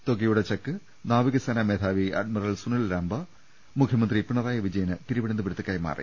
തുകയുടെ ചെക്ക് നാവികസേ നാ മേധാവി അഡ്മിറൽ സുനിൽ ലംബ മുഖ്യമന്ത്രി പിണറായി വിജയന് തിരുവനന്തപുരത്ത് കൈമാറി